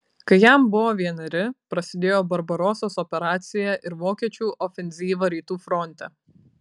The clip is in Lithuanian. kai jam buvo vieneri prasidėjo barbarosos operacija ir vokiečių ofenzyva rytų fronte